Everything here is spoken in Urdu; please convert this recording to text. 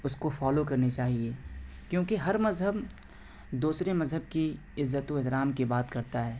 اس کو فالو کرنی چاہیے کیونکہ ہر مذہب دوسرے مذہب کی عزت و احترام کے بات کرتا ہے